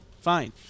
Fine